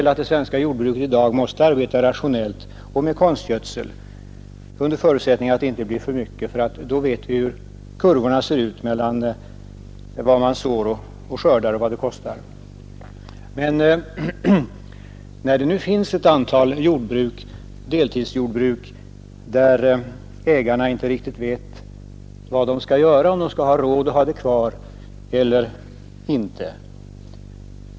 Att det svenska jordbruket i dag måste arbeta rationellt och med konstgödsel förstår jag så väl, dock under förutsättning att det inte blir för mycket, för då vet vi vad det kostar och hur relationerna blir mellan vad man sår och vad man skördar. Men nu finns det i landet ett antal deltidsjordbruk där ägarna inte riktigt vet vad de skall göra, om de har råd att ha jordbruket kvar eller inte.